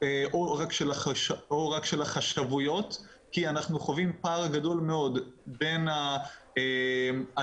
כי כל עוד יש לנו אמירה